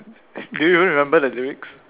do you even remember the lyrics